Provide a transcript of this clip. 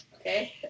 Okay